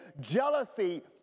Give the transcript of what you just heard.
jealousy